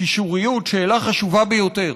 קישוריות היא שאלה חשובה ביותר.